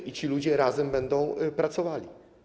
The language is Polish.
I ci ludzie razem będą pracowali.